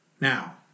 Now